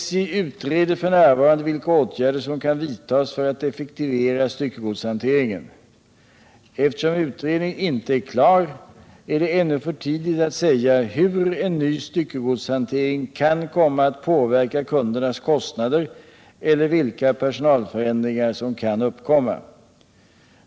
SJ utreder f. n. vilka åtgärder som kan vidtas för att effektivera styckegodshanteringen. Eftersom utredningen inte är klar, är det ännu för tidigt att säga hur en ny styckegodshantering kan komma att påverka kundernas kostnader eller vilka personalförändringar som kan uppkomma.